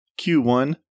Q1